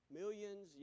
millions